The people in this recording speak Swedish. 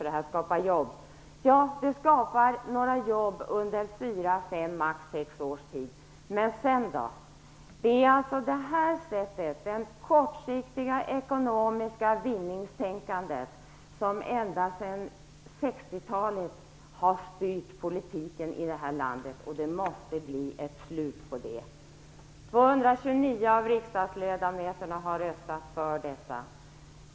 Det här skapar ju jobb, säger han. Ja, det skapar några jobb under fyra, fem eller högst sex års tid. Men sedan? Det är alltså sådant här kortsiktigt ekonomiskt vinningstänkande som ända sedan 60-talet har styrt politiken i det här landet. Det måste bli ett slut på det. 229 av riksdagens ledamöter har röstat för detta.